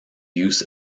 use